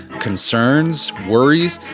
concerns, worries,